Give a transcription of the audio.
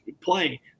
play